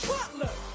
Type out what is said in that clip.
Butler